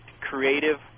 Creative